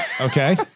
Okay